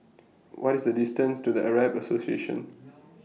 What IS The distance to The Arab Association